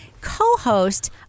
co-host